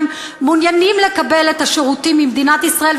מעוניינים לקבל את השירותים ממדינת ישראל,